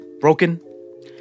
broken